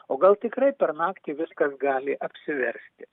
o gal tikrai per naktį viskas gali apsiversti